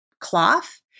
cloth